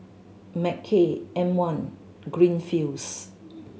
Mackay M One Greenfields